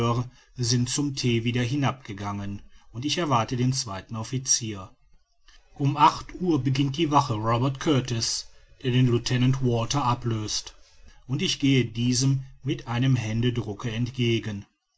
sind zum thee wieder hinab gegangen und ich erwarte den zweiten officier um acht uhr beginnt die wache robert kurtis der den lieutenant walter ablöst und ich gehe diesem mit einem händedrucke entgegen